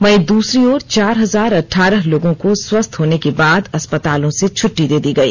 वहीं दूसरी ओर चार हजार अठारह लोगों को स्वस्थ होने के बाद अस्पतालों से छुटटी दे दी गई